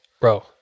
bro